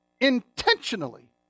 intentionally